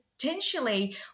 potentially